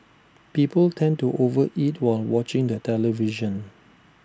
people tend to over eat while watching the television